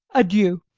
adieu.